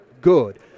good